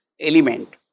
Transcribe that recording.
element